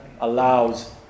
allows